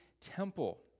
temple